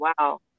wow